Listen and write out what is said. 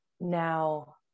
now